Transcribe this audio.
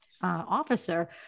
officer